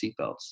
seatbelts